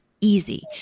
easy